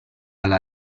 alla